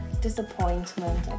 disappointment